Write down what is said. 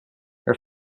her